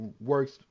Works